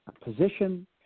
position